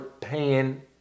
paying